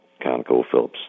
ConocoPhillips